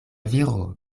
viro